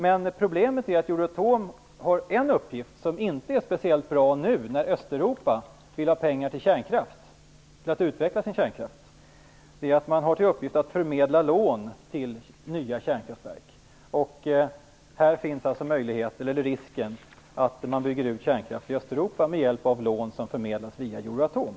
Men problemet är att Euratom har en uppgift som inte är speciellt bra nu, när Östeuropa vill ha pengar till att utveckla sin kärnkraft. Euratom har till uppgift att förmedla lån till nya kärnkraftverk. Här finns risken att kärnkraften byggs ut i Östeuropa med hjälp av lån som förmedlas via Euratom.